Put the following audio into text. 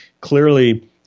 clearly